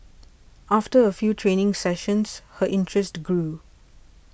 after a few training sessions her interest grew